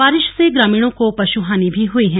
बारिश से ग्रामीणों को पशहानि भी हुई है